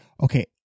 Okay